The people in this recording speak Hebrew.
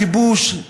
כיבוש,